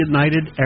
United